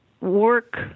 work